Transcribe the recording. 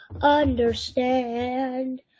understand